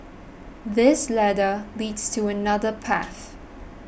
this ladder leads to another path